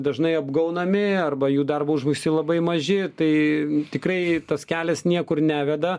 dažnai apgaunami arba jų darbo užmokesčiai labai maži tai tikrai tas kelias niekur neveda